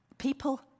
People